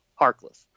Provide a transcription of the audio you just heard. Harkless